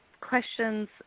questions